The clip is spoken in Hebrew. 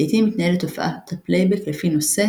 לעיתים מתנהלת הופעת הפלייבק לפי נושא